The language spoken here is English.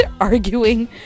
arguing